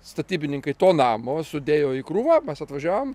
statybininkai to namo sudėjo į krūvą mes atvažiavom